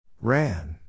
Ran